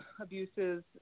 abuses